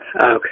Okay